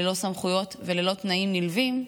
ללא סמכויות וללא תנאים נלווים,